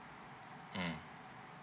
mm